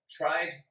tried